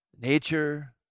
nature